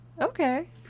Okay